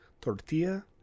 Tortilla